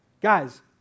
Guys